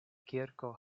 kirko